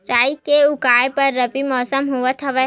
राई के उगाए बर रबी मौसम होवत हवय?